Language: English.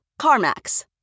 CarMax